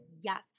Yes